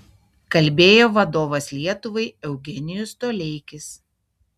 kalbėjo vadovas lietuvai eugenijus toleikis